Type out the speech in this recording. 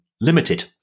Limited